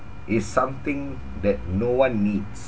is something that no one needs